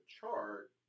chart